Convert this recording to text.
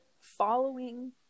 following